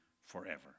forever